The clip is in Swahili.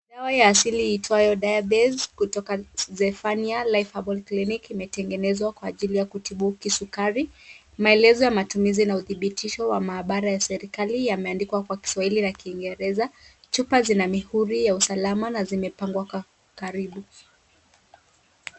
Dawa ya asili iitwayo Diabeze kutoka Zephaniah Life Herbal Clinic imetengenezwa kwa ajili ya kutibu kisukari. Maelezo ya matumizi na udhibitisho wa maabara ya serekali yameandikwa kwa kiswahili na kiingereza. Chupa zina mihuri ya usalama na zimepangwa karibu.